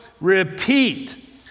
repeat